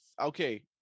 okay